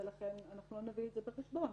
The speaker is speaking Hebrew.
ולכן לא נביא את זה בחשבון.